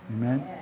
Amen